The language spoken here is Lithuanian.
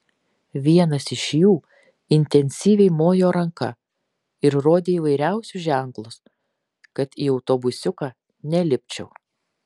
vienas iš jų intensyviai mojo ranka ir rodė įvairiausius ženklus kad į autobusiuką nelipčiau